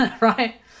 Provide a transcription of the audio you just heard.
right